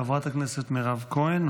חברת הכנסת מירב כהן,